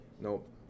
Nope